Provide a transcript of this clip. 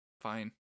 fine